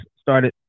started